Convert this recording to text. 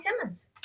Simmons